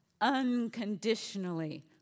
unconditionally